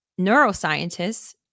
neuroscientists